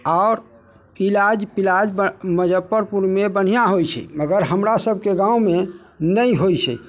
आओर इलाज पिलाज मुजफ्फरपुरमे बढ़िआँ होइ छै मगर हमरासबके गाममे नहि होइ छै